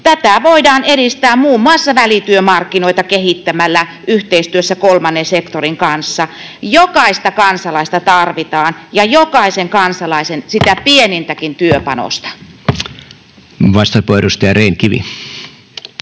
Tätä voidaan edistää muun muassa välityömarkkinoita kehittämällä yhteistyössä kolmannen sektorin kanssa. Jokaista kansalaista tarvitaan — ja jokaisen kansalaisen sitä pienintäkin työpanosta.